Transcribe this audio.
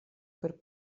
per